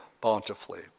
bountifully